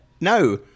No